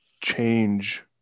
change